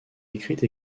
écrites